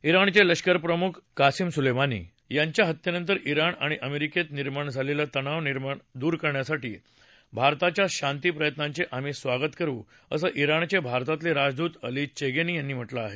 ञाणचे लष्कर प्रमुख Qasem Soleimani याच्या हत्येनंतर िञण आणि अमेरिकेत निर्माण झालेला तणाव दूर करण्यासाठी भारताच्या शांतीप्रयत्नांचे आम्ही स्वागत करु असं ांगणचे भारतातले राजदूत अली चेगेनी यांनी म्हटलं आहे